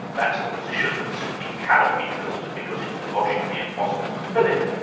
that's a position that simply cannot be filled because it's logically impossible to fill it.